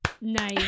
Nice